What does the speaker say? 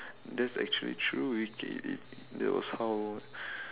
that's actually true which is that was how